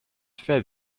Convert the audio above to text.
fed